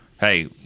hey